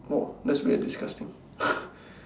!whoa! that's very disgusting